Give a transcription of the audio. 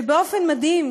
שבאופן מדהים,